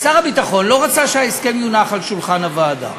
שר הביטחון לא רצה שההסכם יונח על שולחן הוועדה.